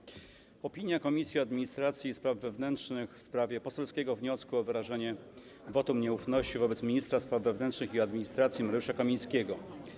Przedstawiam opinię Komisji Administracji i Spraw Wewnętrznych w sprawie poselskiego wniosku o wyrażenie wotum nieufności wobec ministra spraw wewnętrznych i administracji Mariusza Kamińskiego.